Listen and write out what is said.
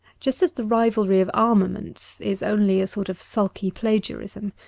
just as the rivalry of armaments is only a sort of sulky plagiarism,